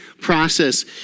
process